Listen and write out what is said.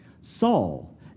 Saul